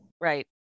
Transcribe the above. Right